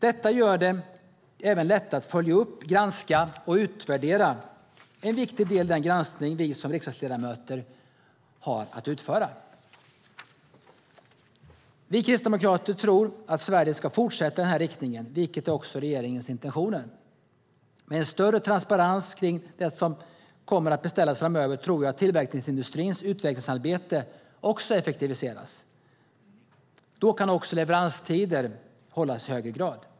Detta gör det även lättare att följa upp, granska och utvärdera en viktig del i den granskning som vi som riksdagsledamöter har att utföra. Vi kristdemokrater tror att Sverige ska fortsätta i den här riktningen, vilket också är regeringens intentioner. Med en större transparens kring det som också kommer att beställas framöver, tror jag att tillverkningsindustrins utvecklingsarbete effektiviseras. Då kan också leveranstider hållas i högre grad.